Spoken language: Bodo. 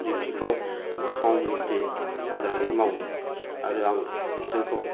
डिउटिखौ सम मथे मोजाङै मावो आरो आं बिथांखौ